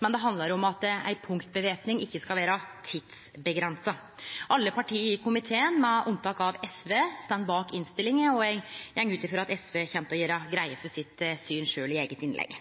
men om at ei punktvæpning ikkje skal vere tidsavgrensa. Alle partia i komiteen, med unntak av SV, står bak innstillinga. Eg går ut ifrå at SV kjem til å gjere greie for sitt syn sjølv, i eige innlegg.